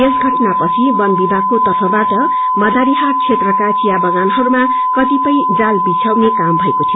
यस घटनापछि वनविभागका तर्फबाट मदारीहाट क्षेत्रका चिया बगानहरूमा कतिपय जाल विडयाउने काम गरेको शीीयो